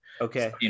okay